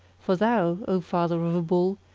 for thou, o father of a bull,